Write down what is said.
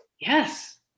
Yes